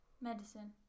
Medicine